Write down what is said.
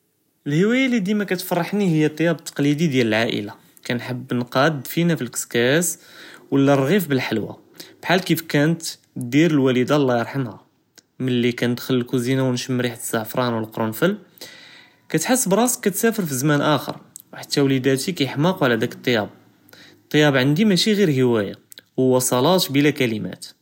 להואיא לי דימא כתפרחני היא לטיאב לתקלידי דיאל לעאילה כנחב נקאד לדפינה פי לכסקאס ולא ר׳עיף בלהלוויא בהאל כיף כאנת דיר לואלידה אללה ירחמהא ملي כנדחל לכוזינה ו נשמ ריחה לזעפראן ו לקרנפל כתחס בראסכ כצאפר פי זמאן אכר ו hatta ולידתי כיחמאקו עלא דאכ לטיאב לטיאב ענדִי משי ע׳יר להואיא הו צלאה בלא כלמאת.